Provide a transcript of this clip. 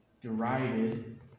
derided